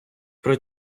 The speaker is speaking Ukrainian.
про